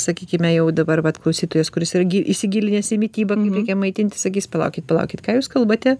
sakykime jau dabar vat klausytojas kuris yra gi įsigilinęs į mitybą kaip reikia maitintis sakys palaukit palaukit ką jūs kalbate